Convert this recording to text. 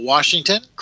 Washington